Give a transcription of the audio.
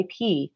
IP